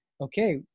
okay